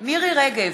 מירי רגב,